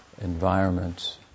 Environments